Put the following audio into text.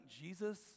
Jesus